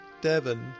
Devon